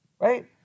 Right